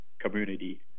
community